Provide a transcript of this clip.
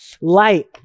light